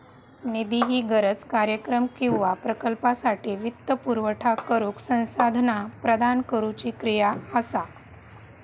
निधी ही गरज, कार्यक्रम किंवा प्रकल्पासाठी वित्तपुरवठा करुक संसाधना प्रदान करुची क्रिया असा